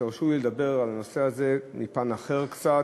תרשו לי לדבר על הנושא הזה מפן אחר, קצת,